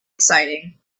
exciting